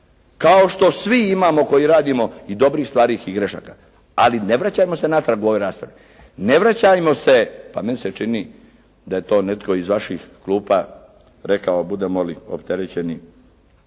kao što svi imamo koji radimo i dobrih stvari i grešaka, ali ne vraćajmo se natrag u ovoj raspravi. Ne vraćajmo se, pa meni se čini da je to netko iz vaših klupa rekao budemo li opterećeni